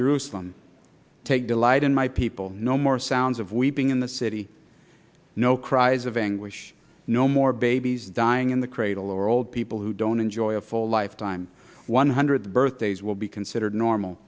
jerusalem take delight in my people no more sounds of weeping in the city no cries of anguish no more babies dying in the cradle or old people who don't enjoy a full lifetime one hundred birthdays will be considered normal